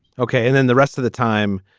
okay. and then the rest of the time.